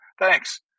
Thanks